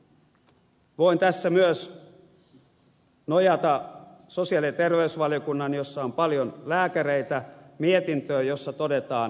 voin tässä myös nojata sosiaali ja terveysvaliokunnan jossa on paljon lääkäreitä mietintöön jossa todetaan seuraavaa